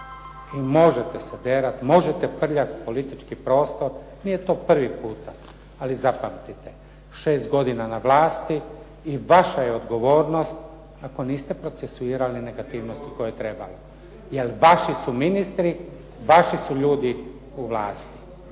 Možete se derat, možete prljati politički prostor, nije to prvi puta. Ali zapamtite, šest godina na vlasti i vaša je odgovornost ako niste procesuirali negativnosti koje treba, jer vaši su ministri, vaši su ljudi u vlasti.